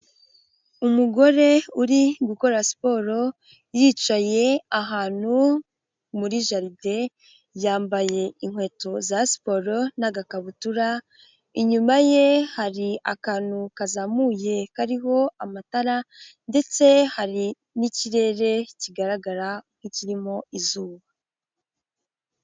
Umugore uri gukora siporo yicaye ahantu muri jaride, yambaye inkweto za siporo n'agakabutura, inyuma ye hari akantu kazamuye kariho amatara, ndetse hari n'ikirere kigaragara nk'ikirimo izuba.